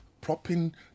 propping